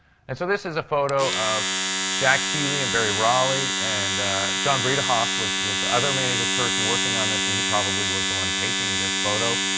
and so this is a photo of jack healy and barry raleigh, and john bredehoeft was was the other major person working on this, and he probably was the one taking this photo.